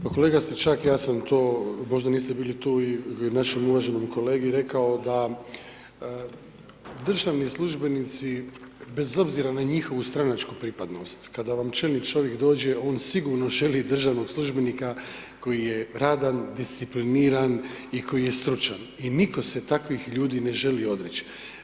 Pa kolega Stričak, ja sam to, možda niste bili tu i našem uvaženom kolegi rekao da državni službenici, bez obzira na njihovu stranačku pripadnost, kada vam čelni čovjek dođe, on sigurno želi državnog službenika koji je radan, discipliniran i koji je stručan i nitko se takvih ljudi ne želi odreći.